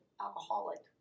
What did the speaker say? alcoholic